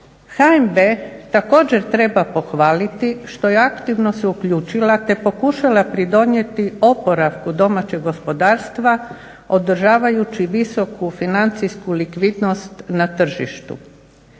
HNB također treba pohvaliti što je aktivno se uključila te pokušala pridonijeti oporavku domaćeg gospodarstva održavajući visoku financijsku likvidnost na tržištu.